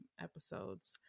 episodes